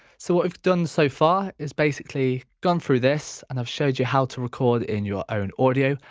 so what we've done so far is basically gone through this and i've showed you how to record in your own audio,